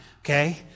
okay